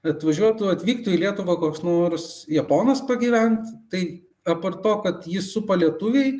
atvažiuotų atvyktų į lietuvą koks nors japonas pagyvent tai apart to kad jį supa lietuviai